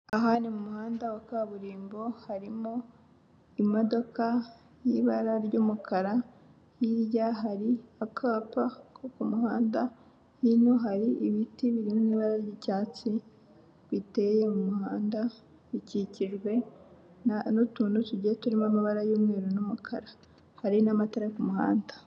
Aha ni mu muhanda wa kaburimbo, harimo imodoka y'ibara ry'umukara hirya hari akapa ko ku muhanda, hino hari ibiti biri mu ibara ry'icyatsi biteye mu muhanda bikikijwe na n'utuntu tugiye turimo amabara y'umweru n'umukara, hari n'amatara yo ku muhanda.